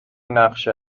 نقش